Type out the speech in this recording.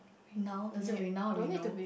now is it renown or reno~ chefs